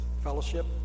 fellowship